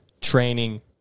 training